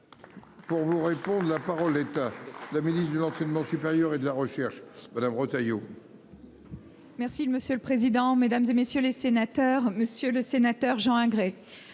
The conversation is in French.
Pour vous répondre. La parole est à la ministre de l'enseignement supérieur et de la région. Serge Madame Retailleau. Merci monsieur le président, Mesdames, et messieurs les sénateurs, Monsieur le Sénateur Jean agrée.